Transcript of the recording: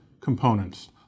components